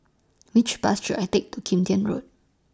Which Bus should I Take to Kim Tian Road